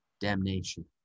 damnation